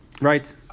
Right